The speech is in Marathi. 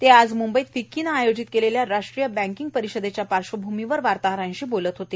ते आज मुंबईत फिक्कीनं आयोजित केलेल्या राष्ट्रीय बँकिंग परिषदेच्या पार्श्वभूमीवर वार्ताहरांशी बोलत होते